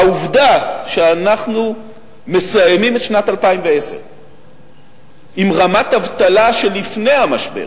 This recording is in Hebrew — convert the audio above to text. העובדה שאנחנו מסיימים את שנת 2010 עם רמת אבטלה של לפני המשבר,